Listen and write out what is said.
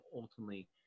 ultimately